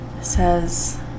says